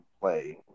play